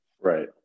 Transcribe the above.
right